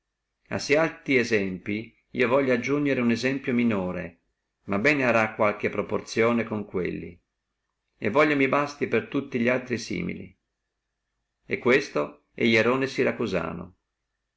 alti esempli io voglio aggiugnere uno esemplo minore ma bene arà qualche proporzione con quelli e voglio mi basti per tutti li altri simili e questo è ierone siracusano